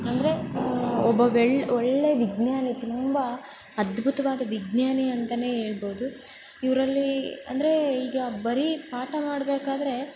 ಅಂದರೆ ಒಬ್ಬ ಒಳ್ ಒಳ್ಳೇ ವಿಜ್ಞಾನಿ ತುಂಬ ಅದ್ಭುತವಾದ ವಿಜ್ಞಾನಿ ಅಂತ ಹೇಳ್ಬೌದು ಇವರಲ್ಲಿ ಅಂದರೆ ಈಗ ಬರಿ ಪಾಠ ಮಾಡಬೇಕಾದ್ರೆ